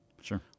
sure